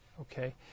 Okay